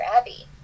Abbey